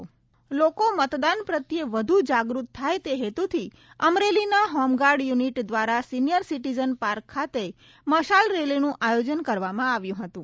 મતદાર જાગ્રતિ લોકો મતદાન પ્રત્યે વધુ જાગૃત થાય તે હેતુથી અમરેલીના હોમગાર્ડ યુનિટ દ્વારા સિનિયર સીટીઝન પાર્ક ખાતે મશાલ રેલીનું આયોજન કરવામાં આવ્યું હતું